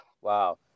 Wow